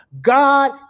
God